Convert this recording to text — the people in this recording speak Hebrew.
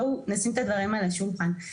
בואו נשים את הדברים על השולחן,